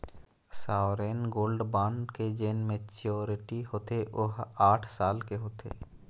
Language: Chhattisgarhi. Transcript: सॉवरेन गोल्ड बांड के जेन मेच्यौरटी होथे ओहा आठ साल के होथे